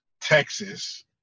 Texas